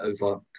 over